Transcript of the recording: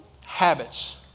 habits